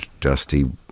Dusty